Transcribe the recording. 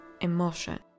emotion